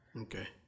okay